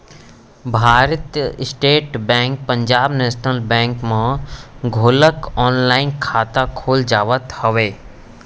भारतीय state bank Punjab national bank म घलोक ऑनलाईन खाता खोले जावत हवय